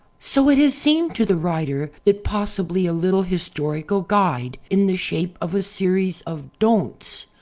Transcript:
so it has seemed to the writer that possibly a little his torical guide in the shape of a series of don'ts,